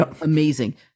Amazing